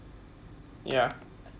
ya